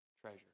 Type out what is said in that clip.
treasure